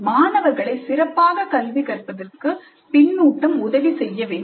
மாணவர்களை சிறப்பாக கல்வி கற்பதற்கு பின்னூட்டம் உதவி செய்ய வேண்டும்